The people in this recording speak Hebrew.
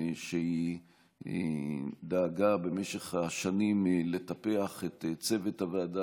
שהיא דאגה במשך השנים לטפח את צוות הוועדה